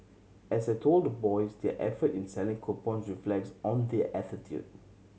as I told the boys their effort in selling coupon reflects on their attitude